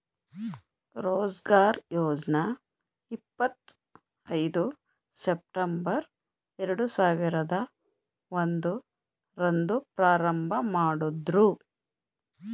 ರೋಜ್ಗಾರ್ ಯೋಜ್ನ ಇಪ್ಪತ್ ಐದು ಸೆಪ್ಟಂಬರ್ ಎರಡು ಸಾವಿರದ ಒಂದು ರಂದು ಪ್ರಾರಂಭಮಾಡುದ್ರು